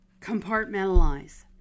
Compartmentalize